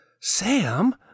sam